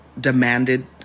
demanded